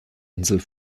insel